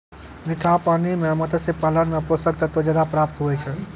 मीठा पानी मे मत्स्य पालन मे पोषक तत्व ज्यादा प्राप्त हुवै छै